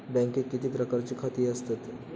बँकेत किती प्रकारची खाती असतत?